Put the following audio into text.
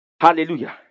Hallelujah